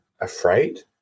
afraid